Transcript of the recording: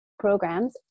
programs